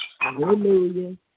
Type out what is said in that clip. Hallelujah